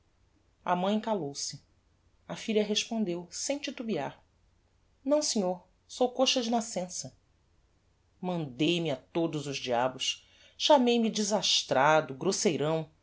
a mãe calou-se a filha respondeu sem titubear não senhor sou coxa de nascença mandei me a todos os diabos chamei me desastrado grosseirão